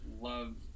love